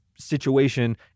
situation